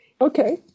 Okay